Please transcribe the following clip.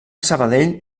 sabadell